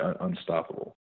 unstoppable